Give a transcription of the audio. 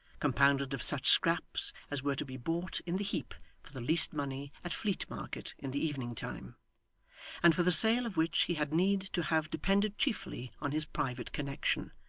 compounded of such scraps as were to be bought in the heap for the least money at fleet market in the evening time and for the sale of which he had need to have depended chiefly on his private connection,